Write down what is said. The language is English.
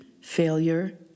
failure